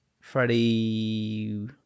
Freddie